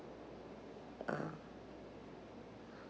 ah